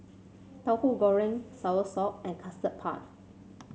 Tauhu Goreng soursop and Custard Puff